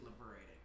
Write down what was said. liberating